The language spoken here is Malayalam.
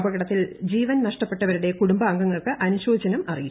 അപകടത്തിൽ ജീവൻ നഷ്ടപ്പെട്ടവരുടെ കുടുംബാംഗങ്ങൾക്ക് അനുശോചനം അറിയിച്ചു